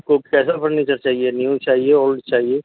آپ کو کیسا فرنیچر چاہیے نیو چاہیے اولڈ چاہیے